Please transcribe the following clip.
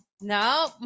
no